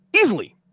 Easily